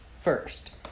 first